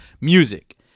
music